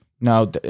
No